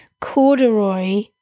corduroy